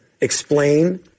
explain